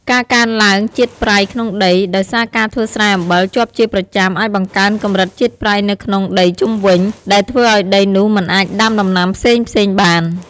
ការកើនឡើងជាតិប្រៃក្នុងដី ដោយសារការធ្វើស្រែអំបិលជាប់ជាប្រចាំអាចបង្កើនកម្រិតជាតិប្រៃនៅក្នុងដីជុំវិញ ដែលធ្វើឱ្យដីនោះមិនអាចដាំដំណាំផ្សេងៗបាន។